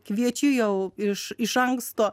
kviečiu jau iš iš anksto